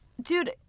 dude